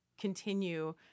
continue